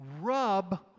rub